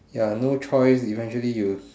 ya no choice eventually you